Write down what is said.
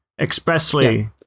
expressly